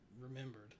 remembered